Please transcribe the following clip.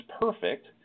perfect